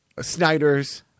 Snyder's